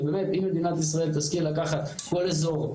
ובאמת אם מדינת ישראל תשכיל לקחת כל אזור,